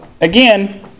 Again